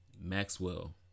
Maxwell